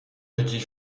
petit